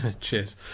Cheers